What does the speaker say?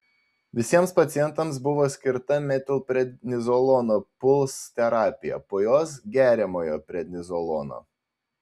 visiems pacientams buvo skirta metilprednizolono puls terapija po jos geriamojo prednizolono